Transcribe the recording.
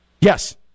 Yes